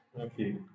okay